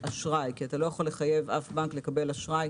אשראי כי אתה לא יכול לחייב אף בנק לקבל אשראי